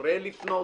ההורה פונה?